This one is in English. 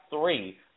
three